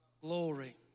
Glory